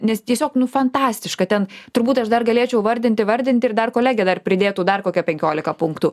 nes tiesiog nu fantastiška ten turbūt aš dar galėčiau vardinti vardinti ir dar kolegė dar pridėtų dar kokia penkiolika punktų